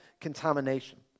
contamination